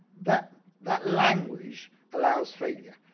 that that language allows failure.